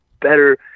better